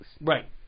Right